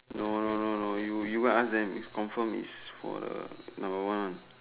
no no no no you you go and ask them it's confirm it's for the number one one